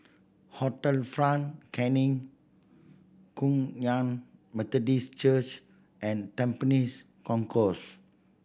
Hotel Front Canning Kum Yan Methodist Church and Tampines Concourse